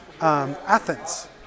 Athens